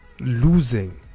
losing